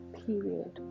period